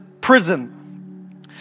prison